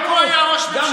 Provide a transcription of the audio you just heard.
גם הוא לא בסדר.